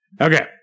Okay